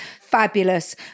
fabulous